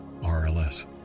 RLS